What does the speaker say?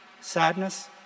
sadness